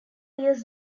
years